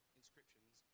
inscriptions